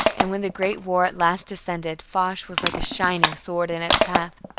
and when the great war at last descended, foch was like a shining sword in its path,